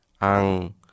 ang